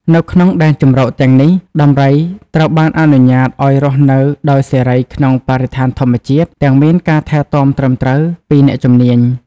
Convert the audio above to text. នៅក្នុងដែនជម្រកទាំងនេះ ដំរីត្រូវបានអនុញ្ញាតឲ្យ រស់នៅដោយសេរីក្នុងបរិស្ថានធម្មជាតិ ទាំងមានការថែទាំត្រឹមត្រូវពីអ្នកជំនាញ។